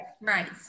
Right